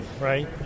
right